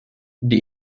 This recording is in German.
die